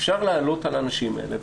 אפשר לעלות על האנשים האלה.